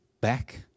back